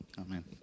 Amen